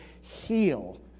heal